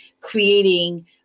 creating